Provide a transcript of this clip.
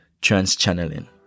trans-channeling